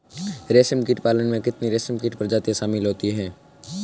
रेशमकीट पालन में कितनी रेशमकीट प्रजातियां शामिल होती हैं?